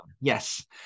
Yes